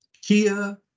Kia